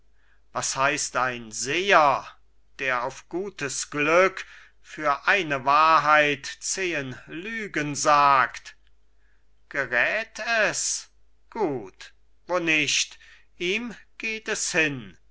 was heißt ein seher der auf gutes glück für eine wahrheit zehen lügen sagt geräth es gut wo nicht ihm geht es hin